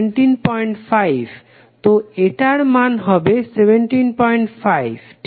তো এটার মান হবে 175 ঠিক